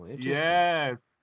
Yes